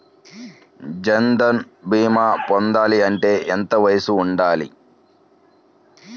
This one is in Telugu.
జన్ధన్ భీమా పొందాలి అంటే ఎంత వయసు ఉండాలి?